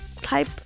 type